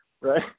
Right